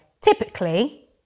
Typically